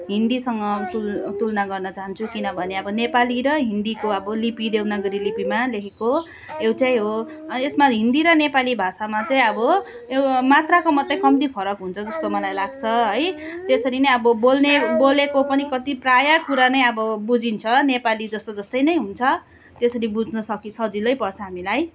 हिन्दीसँग तुल तुलना गर्न चाहन्छु किनभने अब नेपाली र हिन्दीको अब लिपि देवनागरी लिपिमा लेखेको एउटै हो यसमा हिन्दी र नेपाली भाषामा चाहिँ अब एउ मात्राको मात्रै कम्ती फरक हुन्छ जस्तो मलाई लाग्छ है त्यसरी नै अब बोल्ने बोलेको पनि कति प्रायः कुरा नै अब बुझिन्छ नेपाली जस्तो जस्तै नै हुन्छ त्यसरी बुझ्नु सक सजिलै पर्छ हामीलाई